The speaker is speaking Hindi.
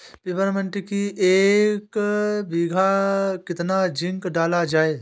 पिपरमिंट की एक बीघा कितना जिंक डाला जाए?